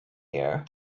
here